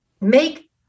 Make